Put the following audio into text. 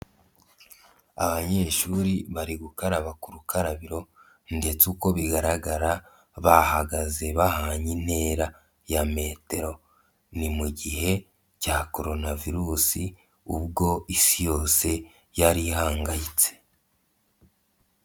Abanyeshuri bari gukaraba ku rukarabiro ndetse uko bigaragara bahagaze bahanye intera ya metero, ni mu gihe cya corona virusi, ubwo Isi yose yari ihangayitse.